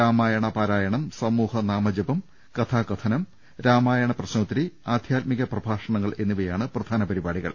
രാമായണ പാരായ ണം സമൂഹ നാമജപം കഥാകഥനം രാമിയണ് പ്രശ്നോ ത്തരി ആദ്യാത്മിക പ്രഭാഷണങ്ങൾ എന്നിവയാണ് പ്രധാന പരിപാടികൾ